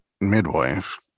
midwife